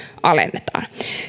alennetaan